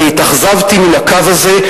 התאכזבתי מהקו הזה,